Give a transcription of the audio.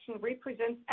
represents